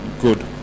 Good